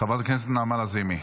חברת הכנסת נעמה לזימי.